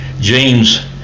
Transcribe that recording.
James